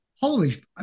Holy